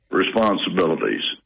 responsibilities